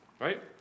right